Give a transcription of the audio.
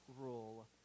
rule